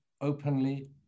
openly